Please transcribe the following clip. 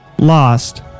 Lost